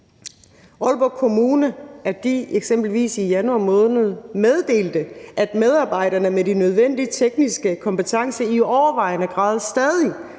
januar måned meddelte, at medarbejdere med de nødvendige tekniske kompetencer i overvejende grad stadig